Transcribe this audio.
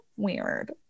weird